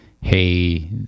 hey